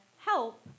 help